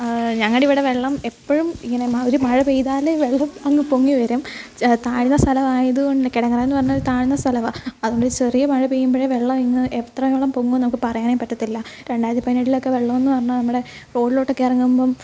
ഞങ്ങളുടെ ഇവിടെ വെള്ളം എപ്പോഴും ഇങ്ങനെ ഒരു ഒരു മഴ പെയ്താൽ വെള്ളം അങ്ങ് പൊങ്ങി വരും താഴ്ന്ന സ്ഥല യത്കൊണ്ട് കെടങ്ങറാന്ന് പറഞ്ഞാൽ ഒരു താഴ്ന്ന സ്ഥലമാണ് അത്കൊണ്ട് ചെറിയ മഴ പെയ്യുമ്പോഴേ വെള്ളം ഇങ്ങു എത്രയോളം പൊങ്ങമെന്ന് നമുക്ക് പറയാൻ പറ്റത്തില്ല രണ്ടായിരത്തി പതിനേഴിലൊക്കെ വെള്ളമെന്ന് പറഞ്ഞാൽ നമ്മുടെ റോഡിലൊട്ടൊക്കെ ഇറങ്ങുമ്പം